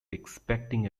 expecting